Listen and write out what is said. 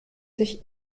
sich